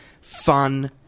fun